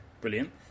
Brilliant